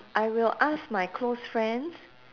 I will ask my close friends